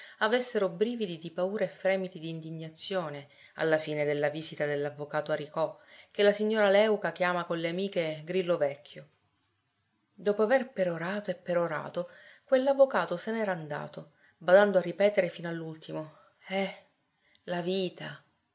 avessero brividi di paura e fremiti d'indignazione alla fine della visita dell'avvocato aricò che la signora léuca chiama con le amiche grillo vecchio dopo aver perorato e perorato quell'avvocato se n'era andato badando a ripetere fino all'ultimo eh la vita